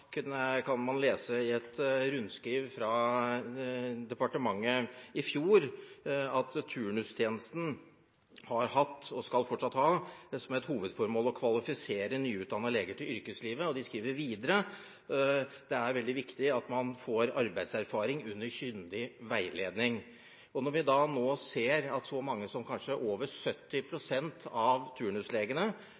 kan man lese i et rundskriv fra departementet i fjor at turnustjenesten har hatt – og skal fortsatt ha – som hovedformål å kvalifisere nyutdannede leger til yrkeslivet. De skriver videre: Det er veldig viktig at man får arbeidserfaring under kyndig veiledning. Når vi nå ser at kanskje så mange som over 70